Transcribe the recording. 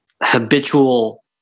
habitual